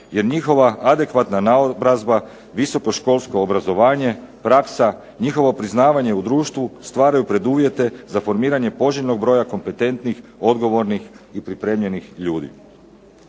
jer njihova adekvatna naobrazba, visoko školsko obrazovanje, praksa, njihovo priznavanje u društvu stvaraju preduvjete za formiranje poželjnog broja kompetentnih, odgovornih i pripremljenih ljudi.